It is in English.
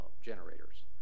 generators